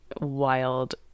wild